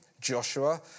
Joshua